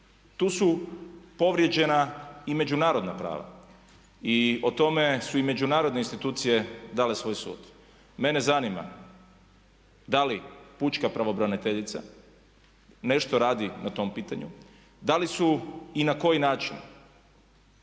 Tu su povrijeđena i međunarodna prava i o tome su i međunarodne institucije dale svoj sud. Mene zanima da li pučka pravobraniteljica nešto radi na tom pitanju? Da li su i na koji način